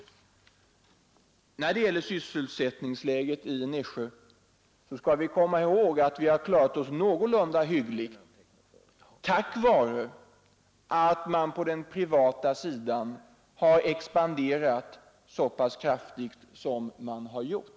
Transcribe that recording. När det gäller sysselsättningsläget i Nässjö skall vi komma ihåg att vi har klarat oss någorlunda hyggligt tack vare att man på den privata sidan expanderat så pass kraftigt som man har gjort.